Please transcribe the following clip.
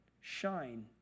shine